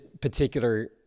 particular